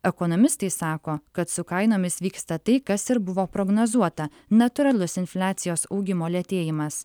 ekonomistai sako kad su kainomis vyksta tai kas ir buvo prognozuota natūralus infliacijos augimo lėtėjimas